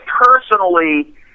personally